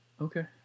Okay